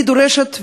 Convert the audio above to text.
אני דורשת,